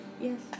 Yes